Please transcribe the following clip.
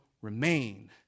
remain